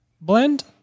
blend